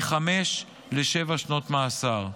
מחמש לשבע שנות מאסר.